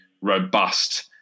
robust